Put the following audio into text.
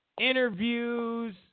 interviews